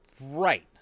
right